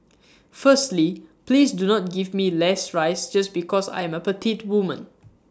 firstly please do not give me less rice just because I am A petite woman